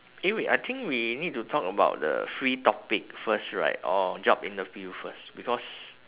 eh wait I think we need to talk about the free topic first right or job interview first because